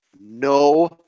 no